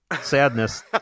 sadness